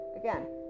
again